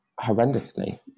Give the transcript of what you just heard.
horrendously